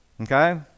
Okay